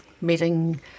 meeting